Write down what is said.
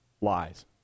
lies